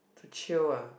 to chill ah